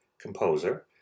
composer